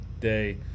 day